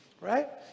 right